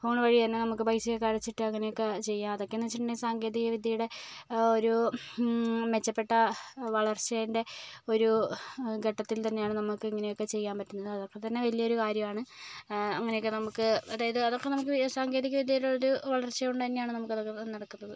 പോകുന്ന വഴി തന്നെ നമുക്ക് പൈസ ഒക്കെ അടച്ചിട്ട് അങ്ങനെയൊക്കെ ചെയ്യാം അതൊക്കെ എന്ന് വെച്ചിട്ടുണ്ടേൽ സാങ്കേതിക വിദ്യയുടെ ഓരോ മെച്ചപ്പെട്ട വളർച്ചയിൻ്റെ ഒരു ഘട്ടത്തിൽ തന്നെയാണ് നമുക്ക് ഇങ്ങനെയൊക്കെ ചെയ്യാൻ പറ്റുന്നത് അതൊക്കെ തന്നെ വലിയ ഒരു കാര്യമാണ് അങ്ങനെയൊക്കെ നമുക്ക് അതായത് അതൊക്കെ നമുക്ക് സാങ്കേതിക വിദ്യയുടെ ഒരു വളർച്ച കൊണ്ട് തന്നെയാണ് നമുക്ക് അതൊക്കെ നടക്കുന്നത്